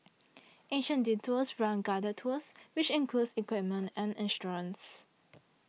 Asian Detours runs guided tours which includes equipment and insurance